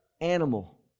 animal